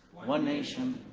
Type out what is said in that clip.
one nation,